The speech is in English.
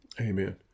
Amen